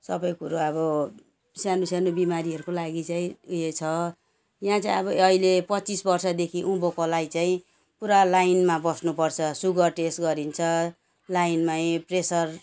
सबै कुरो अब सानो सानो बिमारीहरूको लागि चाहिँ उयो छ यहाँ चाहिँ अब अहिले पच्चिस वर्षदेखि उँभोकोलाई चाहिँ पुरा लाइनमा बस्नुपर्छ सुगर टेस्ट गरिन्छ लाइनमै प्रेसर